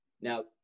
now